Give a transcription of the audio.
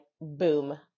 boom